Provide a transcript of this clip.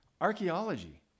archaeology